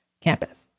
campus